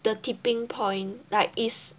the tipping point like is